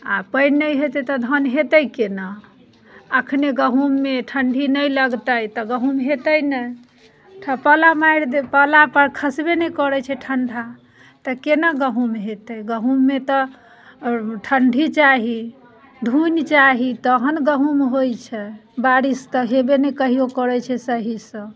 आ पानि नहि हेतै तऽ धान होयतै केना अखने गहुँममे ठण्डी नहि लगतै तऽ गहुँम होयतै नहि पाला मारि दय पाला पर खसबे नहि करैत छै ठण्डा तऽ केना गहुँम हूयतै गहुँममे तऽ ठण्डी चाही धुनि चाही तहन गहुँ म होइत छै बारिश तऽ हेबे नहि कहियो करैत छै सहिसँ